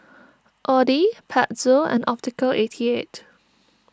Audi Pezzo and Optical eighty eight